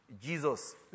Jesus